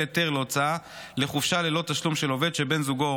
היתר להוצאה לחופשה ללא תשלום של עובד שבן זוגו או